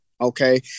okay